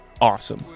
awesome